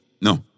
No